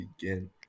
begin